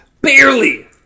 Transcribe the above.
Barely